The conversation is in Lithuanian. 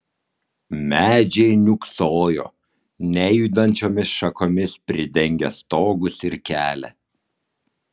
medžiai niūksojo nejudančiomis šakomis pridengę stogus ir kelią